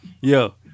Yo